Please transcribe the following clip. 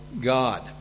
God